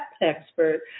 expert